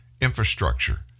infrastructure